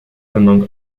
among